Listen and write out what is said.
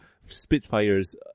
Spitfires